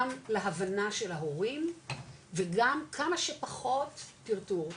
גם להבנה של ההורים וגם כמה שפחות טרטור,